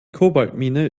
kobaltmine